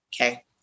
okay